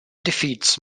defeats